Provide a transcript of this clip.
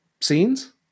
scenes